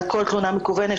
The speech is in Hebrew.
על כל תלונה מקוונת